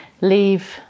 leave